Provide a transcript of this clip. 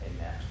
Amen